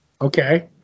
Okay